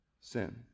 sin